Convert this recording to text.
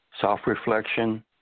self-reflection